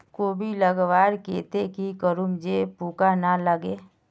कोबी लगवार केते की करूम जे पूका ना लागे?